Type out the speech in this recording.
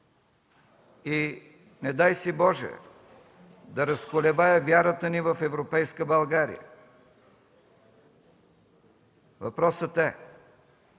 и, не дай си Боже, да разколебае вярата ни в европейска България. Въпросът е: